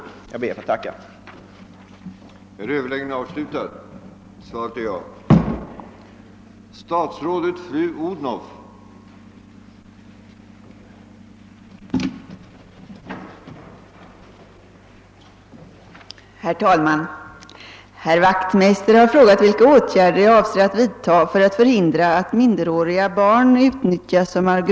Jag ber än en gång att få tacka för svaret.